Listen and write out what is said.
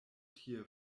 tie